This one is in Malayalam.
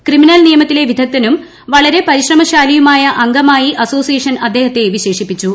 ക്രിമീനൽ നിയമത്തിലെ വിദഗ്ദ്ധനും വളരെ പരിശ്രമശാലിയുമായഅംഗ്ലമായി അസോസിയേഷൻ അദ്ദേഹത്തെ വിശേ ഷിപ്പിച്ചു